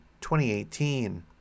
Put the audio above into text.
2018